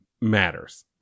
matters